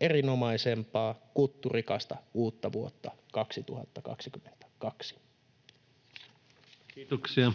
erinomaisempaa, kutturikasta uutta vuotta 2022. Kiitoksia,